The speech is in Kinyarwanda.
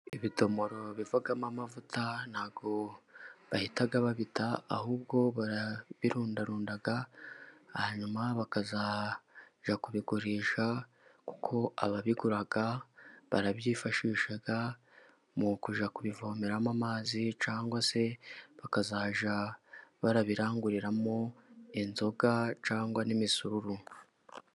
Ibidomoro bivamo amavuta nta bwo bahita babita, ahubwo barabirundarunda hanyuma bakazajya kubigurisha, kuko ababigura barabyifashisha mu kujya kubivomeramo amazi, cyangwa se bakazajya babiranguriramo inzoga, cyangwa n'imisururu.